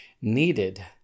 needed